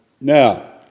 Now